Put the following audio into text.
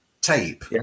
tape